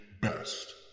best